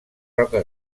roca